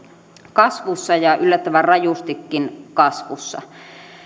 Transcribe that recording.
kasvussa ja yllättävän rajustikin kasvussa